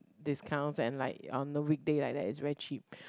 discounts and like on the weekday like that is very cheap